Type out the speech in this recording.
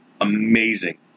amazing